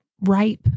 ripe